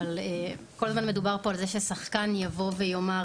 אבל כל הזמן מדובר פה על זה ששחקן יבוא ויאמר